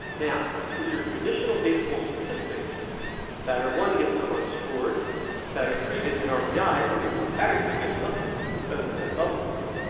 now in your traditional baseball statistics that are one gets a run scored better. three gets an rbi and really better two gets nothing other than that double but you know.